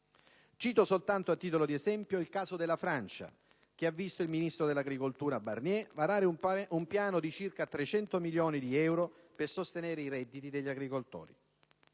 cito soltanto il caso della Francia che ha visto il ministro dell'agricoltura Barnier varare un piano di circa 300 milioni di euro per sostenere i redditi degli agricoltori.